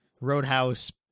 roadhouse